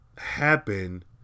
happen